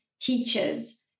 teachers